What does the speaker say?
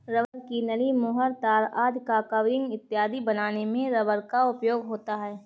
rubber की नली, मुहर, तार आदि का कवरिंग इत्यादि बनाने में रबर का उपयोग होता है